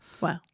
Wow